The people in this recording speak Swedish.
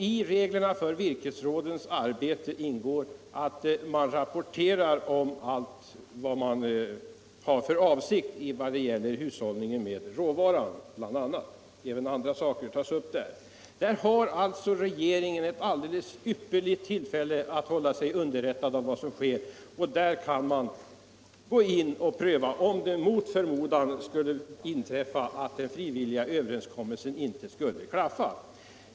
I reglerna för virkesrådens arbete ingår att man rapporterar allt man har för avsikt att göra vad gäller bl.a. hushållningen med råvaran. Även andra saker tas upp där. Här har alltså regeringen ett ypperligt tillfälle att hålla sig underrättad om vad som sker. Där kan man gå in med en prövning, om det mot förmodan skulle inträffa att den frivilliga överenskommelsen inte klaffar.